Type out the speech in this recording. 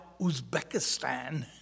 Uzbekistan